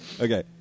Okay